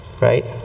right